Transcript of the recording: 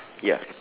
yup